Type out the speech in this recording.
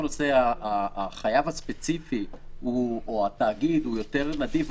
שהחייב הספציפי או התאגיד הם יותר נדיבים.